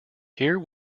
here